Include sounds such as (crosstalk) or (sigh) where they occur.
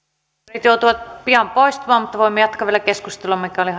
ministerit joutuvat pian poistumaan mutta voimme jatkaa vielä keskustelua mikäli (unintelligible)